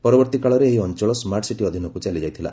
ପରବର୍ତୀ କାଳରେ ଏହି ଅଞ୍ଚଳ ସ୍କାର୍ଟ୍ସିଟି ଅଧୀନକୁ ଚାଲି ଯାଇଥିଲା